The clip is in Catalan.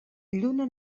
lluna